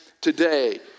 today